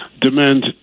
demand